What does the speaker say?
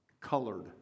colored